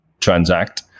transact